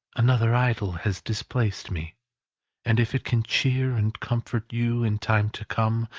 another idol has displaced me and if it can cheer and comfort you in time to come,